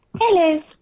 hello